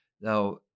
Now